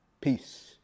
Peace